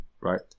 right